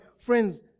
friends